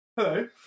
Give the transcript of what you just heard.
Hello